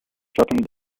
sharpened